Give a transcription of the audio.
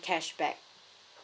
cashback